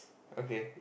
okay